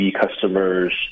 customers